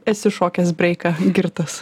esi šokęs breiką girtas